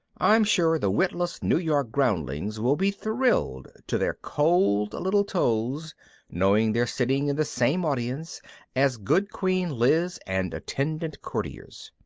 i'm sure the witless new york groundlings will be thrilled to their cold little toes knowing they're sitting in the same audience as good queen liz and attendant courtiers.